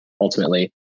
ultimately